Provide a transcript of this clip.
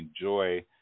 enjoy